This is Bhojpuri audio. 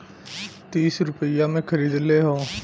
तीस रुपइया मे खरीदले हौ